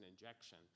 injection